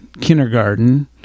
kindergarten